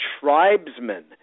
tribesmen